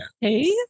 Hey